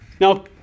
Now